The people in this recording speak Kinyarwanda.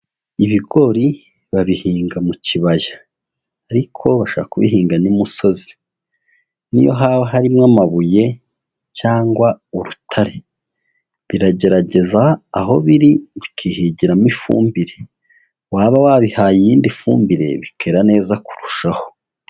Ibigori babihinga mu kibaya, ariko bashobora kubihinga n'imusozi. N'iyo haba harimo amabuye cyangwa urutare, biragerageza aho biri bikihigiramo ifumbire, waba wabihaye iyindi fumbire, bikera neza kurushaho.